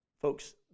Folks